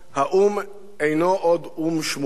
האו"ם אינו עוד "או"ם שמום",